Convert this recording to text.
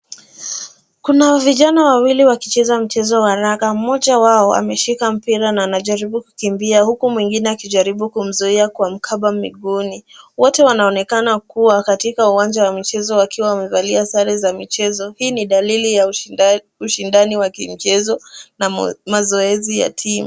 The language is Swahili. Kuna vijana wawili wakicheza mchezo wa raga. Mmoja wao ameshika mpira na anajaribu kukumbia huku mwingine akijaribu kumzuia kumkaba miguuni. Wote wanaonekana kuwa katika uwanja wa michezo wakiwa wamevalia sare za michezo. Hii ni dalili ya ushindani wa kimichezo na mazoezi ya timu.